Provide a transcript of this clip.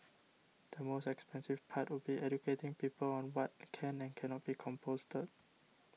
the most expensive part would be educating people on what can and cannot be composted